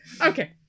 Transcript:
okay